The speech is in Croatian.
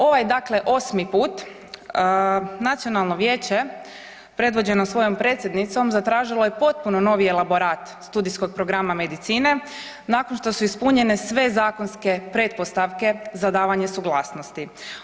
Ovaj dakle 8 put nacionalno vijeće predvođeno svojom predsjednicom zatražilo je potpuno novi elaborat studijskog programa medicine nakon što su ispunjene sve zakonske pretpostavke za davanje suglasnosti.